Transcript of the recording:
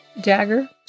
dagger